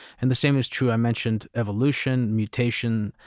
and the same is true, i mentioned evolution, mutation,